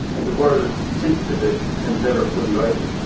and the world tilted a bit and never fully righted.